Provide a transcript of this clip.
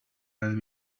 lend